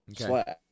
Okay